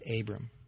Abram